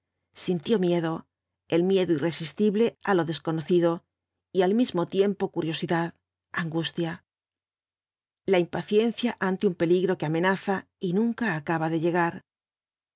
sintió miedo el miedo irresistible á lo desconocido y al mismo tiempo curiosidad angustia la impaciencia ante un peligro que amenaza y nunca acaba de llegar